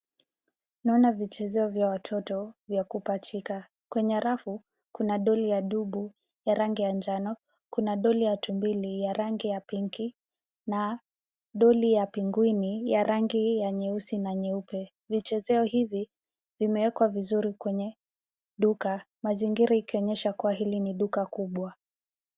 Naona vichezeo vya watoto vya kupachika. Kwenye rafu kuna dolly ya dubu ya rangi ya njano, kuna dolly ya tumbili ya rangi ya pink na dolly ya pengwini ya rangi ya nyeusi na nyeupe. Vichezeo hivi vimewekwa vizuri kwenye duka. Mazingira ikionyesha kuwa hili ni duka kubwa.